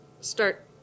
start